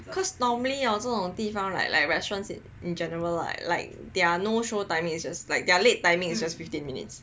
cause normally ya 这种地方 like like restaurants in general like like their no show time it's just like their late timing is just fifteen minutes